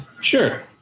Sure